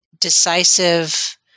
decisive